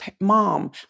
mom